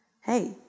hey